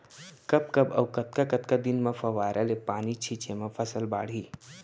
कब कब अऊ कतका कतका दिन म फव्वारा ले पानी छिंचे म फसल बाड़ही?